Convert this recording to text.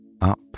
Up